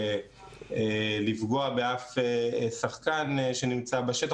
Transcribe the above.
לפגוע באף שחקן שנמצא בשטח.